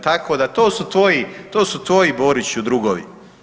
Tako da to su tvoji, to su tvoji Boriću drugovi.